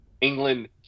England